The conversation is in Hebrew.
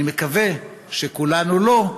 אני מקווה שכולנו לא,